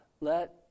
Let